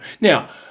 Now